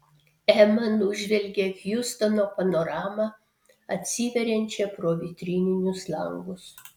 ema nužvelgė hjustono panoramą atsiveriančią pro vitrininius langus